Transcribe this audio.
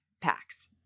packs